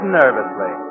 nervously